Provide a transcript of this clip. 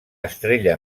estrella